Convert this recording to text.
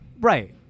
Right